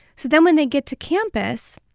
so then when they get to campus,